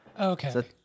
Okay